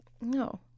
no